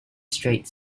straight